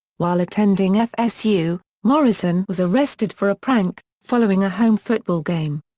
while attending fsu, morrison was arrested for a prank, following a home football game.